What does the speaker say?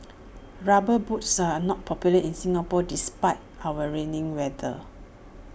rubber boots are not popular in Singapore despite our raining weather